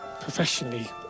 professionally